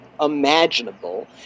imaginable